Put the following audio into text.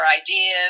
ideas